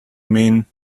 mean